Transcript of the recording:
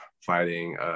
fighting